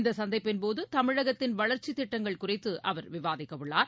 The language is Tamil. இந்த சந்திப்பின்போது தமிழகத்தின் வளர்ச்சித் திட்டங்கள் குறித்து அவர் விவாதிக்க உள்ளார்